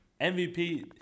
MVP